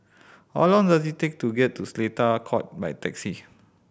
how long does it take to get to Seletar Court by taxi